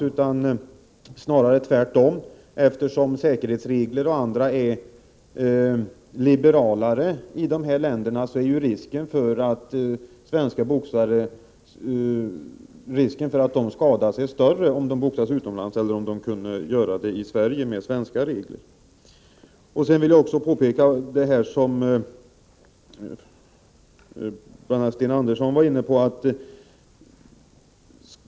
Det är snarare tvärtom. Eftersom säkerhetsregler och andra regler är liberalare i dessa länder är ju risken för att svenska boxare skadas större om de boxas utomlands än om de kunde göra det i Sverige med svenska regler. Sedan vill jag också påpeka det som bl.a. Sten Andersson i Malmö var inne på.